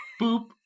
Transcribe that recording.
boop